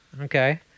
Okay